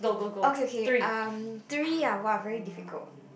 okay okay um three ah !wah! very difficult